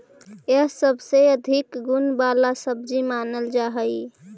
यह सबसे अधिक गुण वाला सब्जी मानल जा हई